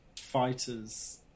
fighters